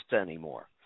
anymore